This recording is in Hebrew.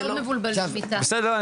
בסדר,